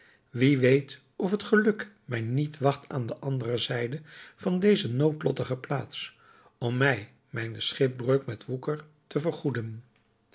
wie weet of het geluk mij niet wacht aan de andere zijde van deze noodlottige plaats om mij mijne schipbreuk met woeker te vergoeden